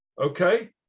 Okay